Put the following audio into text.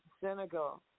Senegal